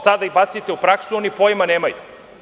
Sad da ih bacite u praksu, oni pojma nemaju.